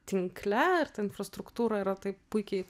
tinkle ir ta infrastruktūra yra taip puikiai